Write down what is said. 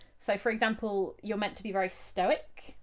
so for example, you're meant to be very stoic